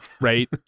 Right